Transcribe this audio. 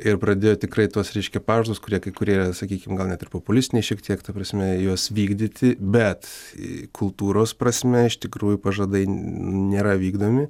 ir pradėjo tikrai tuos reiškia pažadus kurie kai kurie sakykim gal net ir populistiniai šiek tiek ta prasme juos vykdyti bet kultūros prasme iš tikrųjų pažadai nėra vykdomi